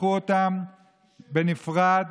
לקחו בנפרד